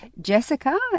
Jessica